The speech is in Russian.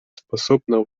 способна